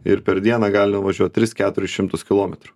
ir per dieną gali nuvažiuot tris keturis šimtus kilometrų